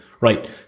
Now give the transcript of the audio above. right